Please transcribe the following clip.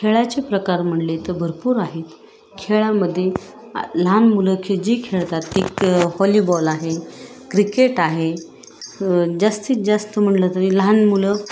खेळाचे प्रकार म्हणले तर भरपूर आहेत खेळामध्ये लहान मुलं ख हे जे खेळतात ते क हॉलीबॉल आहे क्रिकेट आहे जास्तीत जास्त म्हणलं तरी लहान मुलं